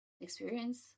experience